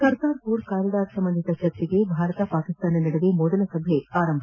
Kartarpur corridor ಸಂಬಂಧಿಸಿದಂತೆ ಚರ್ಚಿಸಲು ಭಾರತ ಪಾಕಿಸ್ತಾನ ನಡುವೆ ಮೊದಲ ಸಭೆ ಆರಂಭ